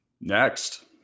Next